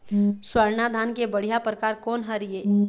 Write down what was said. स्वर्णा धान के बढ़िया परकार कोन हर ये?